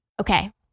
okay